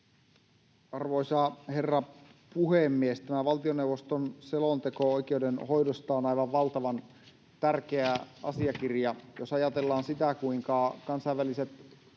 Arvoisa herra puhemies! Tämä valtioneuvoston selonteko oikeudenhoidosta on aivan valtavan tärkeä asiakirja. Jos ajatellaan sitä, kuinka kansainväliset